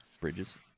Bridges